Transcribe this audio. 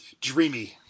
Dreamy